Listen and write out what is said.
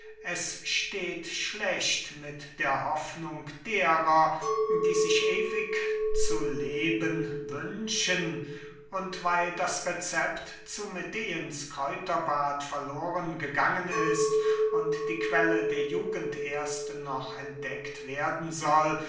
es steht schlecht mit der hoffnung derer die sich ewig zu leben wünschen und weil das recept zu medeens kräuterbad verloren gegangen ist und die quelle der jugend erst noch entdeckt werden soll